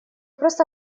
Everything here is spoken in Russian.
просто